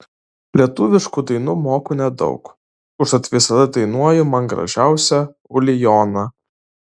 lietuviškų dainų moku nedaug užtat visada dainuoju man gražiausią ulijoną